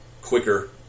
quicker